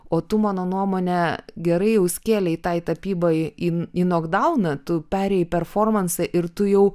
o tu mano nuomone gerai jau skėlei tai tapybai į nokdauną tu perėjai performansą ir tu jau